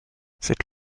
cette